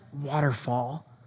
waterfall